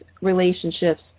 relationships